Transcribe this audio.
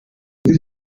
ati